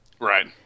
Right